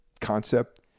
concept